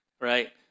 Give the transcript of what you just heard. right